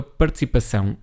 participação